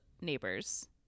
neighbors